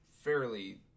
fairly